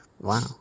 Wow